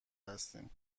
هستیم